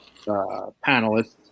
panelists